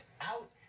out